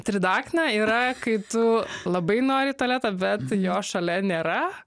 tridakna yra kai tu labai nori į tualetą bet jo šalia nėra